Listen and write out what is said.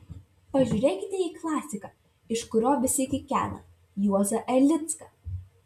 pažiūrėkite į klasiką iš kurio visi kikena juozą erlicką